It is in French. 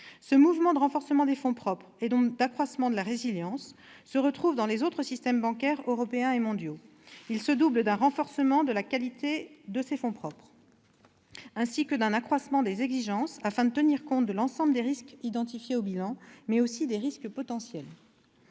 Ce mouvement de renforcement des fonds propres, et donc d'accroissement de la résilience, se retrouve dans les autres systèmes bancaires européens et mondiaux. Il se double d'un renforcement de la qualité de ces fonds propres, ainsi que d'un accroissement des exigences afin de tenir compte de l'ensemble des risques identifiés au bilan, mais aussi des risques potentiels.